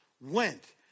went